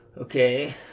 Okay